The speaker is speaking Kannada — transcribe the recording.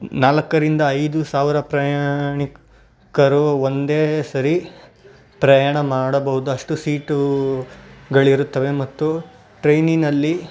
ನಾಲ್ಕರಿಂದ ಐದು ಸಾವಿರ ಪ್ರಯಾಣಿಕರು ಒಂದೇ ಸರಿ ಪ್ರಯಾಣ ಮಾಡಬೌದು ಅಷ್ಟು ಸೀಟುಗಳಿರುತ್ತವೆ ಮತ್ತು ಟ್ರೈನಿನಲ್ಲಿ